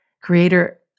creator